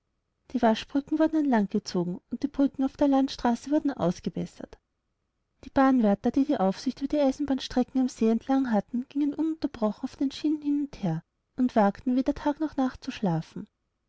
die waschbrücken wurden an land gezogen und die brücken auf der landstraße wurden ausgebessert die bahnwärter die die aufsicht über die eisenbahnstrecken am see entlang hatten gingen ununterbrochen auf den schienen hin und her und wagten weder tag noch nachtzuschlafen